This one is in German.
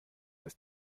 ist